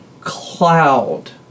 cloud